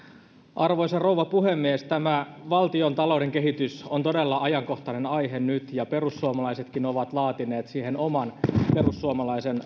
arvoisa rouva puhemies tämä valtiontalouden kehitys on todella ajankohtainen aihe nyt ja perussuomalaisetkin ovat laatineet siihen oman perussuomalaisen